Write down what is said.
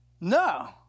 No